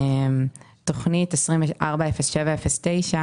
בתכנית 240709